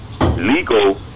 legal